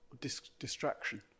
distraction